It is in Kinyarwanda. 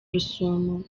rusumo